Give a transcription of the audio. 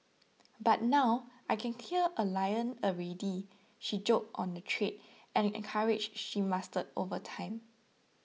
but now I can kill a lion already she joked on the trade and encourage she mastered over time